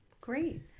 Great